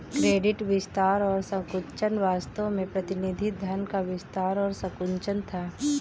credit विस्तार और संकुचन वास्तव में प्रतिनिधि धन का विस्तार और संकुचन था